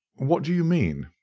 what do you mean?